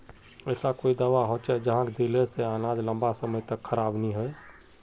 ऐसा कोई दाबा होचे जहाक दिले से अनाज लंबा समय तक खराब नी है?